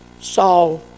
saw